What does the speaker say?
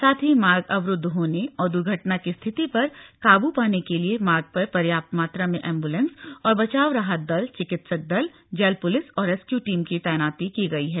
साथ ही मार्ग अवरुद्ध होने और दुर्घटना की स्थिति पर काबू पाने के लिए मार्ग पर पर्याप्त मात्रा में एम्बुलेंस और बचाव राहत दल चिकित्सक दल जल पुलिस और रेस्क्यू टीम की तैनाती की गई है